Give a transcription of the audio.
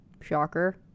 Shocker